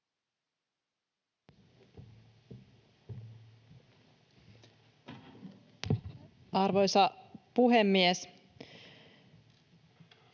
Arvoisa puhemies!